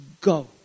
go